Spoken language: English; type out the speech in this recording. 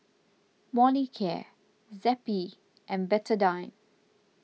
Molicare Zappy and Betadine